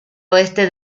oeste